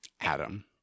adam